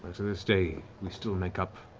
to this day, we still make up